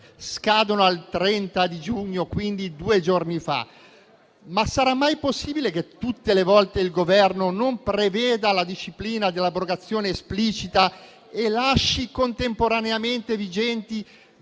scaduti il 30 giugno (quindi due giorni fa), ma è possibile che tutte le volte il Governo non preveda la disciplina dell'abrogazione esplicita e lasci contemporaneamente vigenti